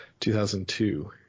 2002